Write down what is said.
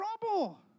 trouble